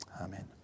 Amen